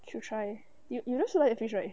should try you you sold out that fish right